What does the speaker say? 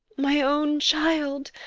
my own child!